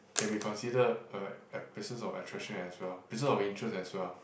can be considered uh places of attraction as well places of interest as well